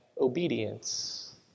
obedience